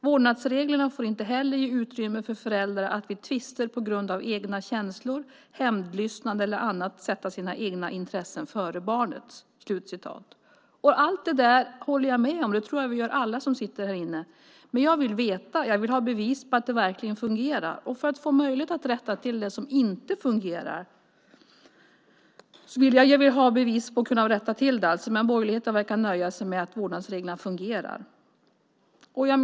Vårdnadsreglerna får inte heller ge utrymme för föräldrar att vid tvister på grund av egna känslor, hämndlystnad eller annat sätta sina egna intressen före barnets." Allt detta håller jag med om. Det tror jag att alla vi som sitter här inne gör. Men jag vill veta. Jag vill ha bevis på att det verkligen fungerar eller få möjlighet att rätta till det som inte fungerar. Men borgerligheten verkar nöja sig med att ta för givet att vårdnadsreglerna fungerar.